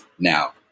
Now